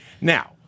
Now